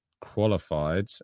qualified